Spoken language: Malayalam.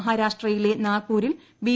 മഹാരാഷ്ട്രയിലെ നാഗ്പൂരിൽ ബി